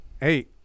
hey